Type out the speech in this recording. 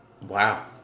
Wow